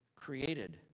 created